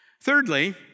Thirdly